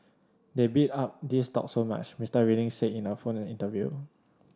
they bid up these stocks so much Mister Reading said in a phone interview